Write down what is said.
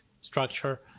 structure